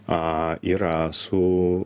a yra su